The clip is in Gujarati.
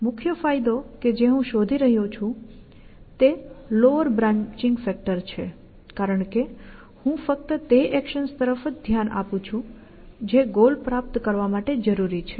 મુખ્ય ફાયદો કે જે હું શોધી રહ્યો છું તે નીચું બ્રાંન્ચિંગ ફેક્ટર છે કારણ કે હું ફક્ત તે એક્શન્સ તરફ જ ધ્યાન આપું છું જે ગોલ પ્રાપ્ત કરવા માટે જરૂરી છે